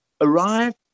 Arrive